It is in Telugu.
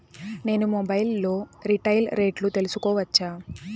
నేను మొబైల్ లో రీటైల్ రేట్లు తెలుసుకోవచ్చా?